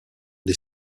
des